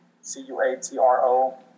C-U-A-T-R-O